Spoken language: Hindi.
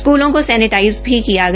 स्कूलों का सैनेटाइज भी किया गया